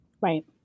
Right